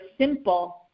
simple